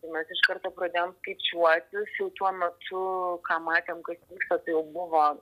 tai mes iš karto pradėjom skaičiuotis jau tuo metu ką matėm kad visa tai jau buvo